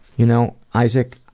you know, isaac,